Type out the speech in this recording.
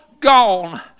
gone